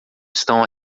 estão